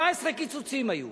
17 קיצוצים היו